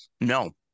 No